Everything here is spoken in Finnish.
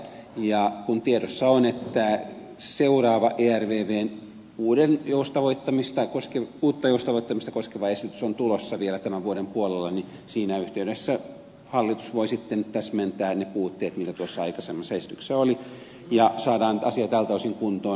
ja kun tiedossa on että seuraava ervvn uutta joustavoittamista koskeva esitys on tulossa vielä tämän vuoden puolella niin siinä yhteydessä hallitus voi sitten täsmentää ne puutteet mitä tuossa aikaisemmassa esityksessä oli ja saadaan asia tältä osin kuntoon